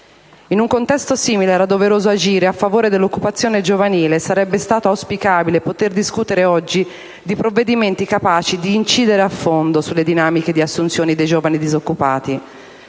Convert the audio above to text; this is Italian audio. In un contesto simile era doveroso agire a favore dell'occupazione giovanile e sarebbe stato auspicabile poter discutere oggi di provvedimenti capaci di incidere a fondo sulle dinamiche di assunzione dei giovani disoccupati.